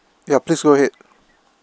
ya please go ahead